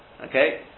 Okay